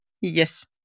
yes